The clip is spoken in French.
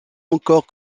encore